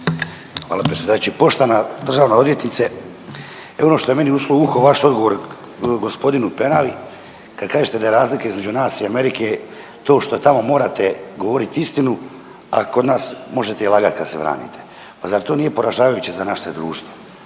Hvala predsjedavajući. Poštovana državna odvjetnice. Evo ono što je meni ušlo u uho vaš odgovor g. Penavi kad kažete da je razlika između nas i Amerike to što tamo morate govorit istinu, a kod nas možete i lagat kad se branite. Pa zar to nije poražavajuće za naše društvo?